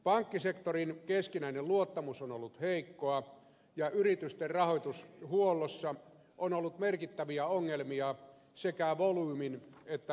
pankkisektorin keskinäinen luottamus on ollut heikkoa ja yritysten rahoitushuollossa on ollut merkittäviä ongelmia sekä volyymin että hinnoittelun suhteen